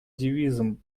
девизом